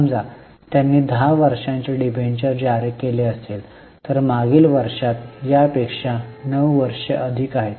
समजा त्यांनी 10 वर्षांचे डिबेंचर जारी केले असेल तर मागील वर्षात यापेक्षा 9 वर्षे अधिक आहेत